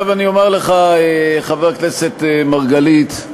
עכשיו אני אומר לך, חבר הכנסת מרגלית,